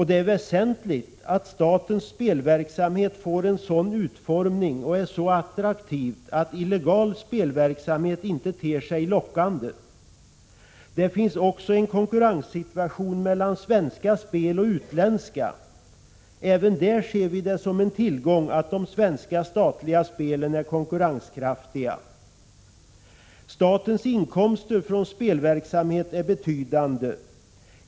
Det är väsentligt att statens spelverksamhet får en sådan utformning och är så attraktiv att illegal spelverksamhet inte ter sig lockande. Det finns också en konkurrenssituation mellan svenska spel och utländska. Även där ser vi det som en tillgång att de svenska statliga spelen är konkurrenskraftiga. Statens inkomster från spelverksamhet är betydande.